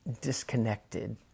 disconnected